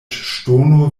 ŝtono